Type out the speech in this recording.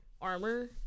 armor